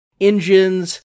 engines